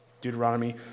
Deuteronomy